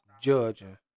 judging